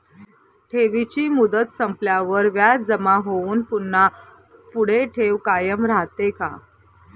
ठेवीची मुदत संपल्यावर व्याज जमा होऊन पुन्हा पुढे ठेव कायम राहते का?